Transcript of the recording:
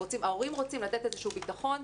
ההורים רוצים לתת איזה שהוא ביטחון.